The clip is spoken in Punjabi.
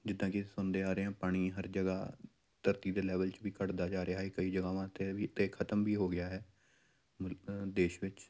ਜਿੱਦਾਂ ਕਿ ਸੁਣਦੇ ਆ ਰਹੇ ਹਾਂ ਪਾਣੀ ਹਰ ਜਗ੍ਹਾ ਧਰਤੀ ਦੇ ਲੈਵਲ 'ਚ ਵੀ ਘੱਟਦਾ ਜਾ ਰਿਹਾ ਹੈ ਇਹ ਕਈ ਜਗਾਵਾਂ 'ਤੇ ਵੀ ਤਾਂ ਖ਼ਤਮ ਵੀ ਹੋ ਗਿਆ ਹੈ ਦੇਸ਼ ਵਿੱਚ